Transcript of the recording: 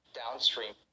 downstream